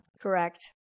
correct